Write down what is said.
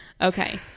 Okay